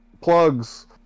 Plugs